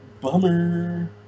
Bummer